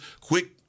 quick